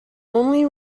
only